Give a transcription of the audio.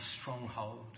stronghold